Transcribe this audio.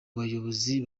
bayobozi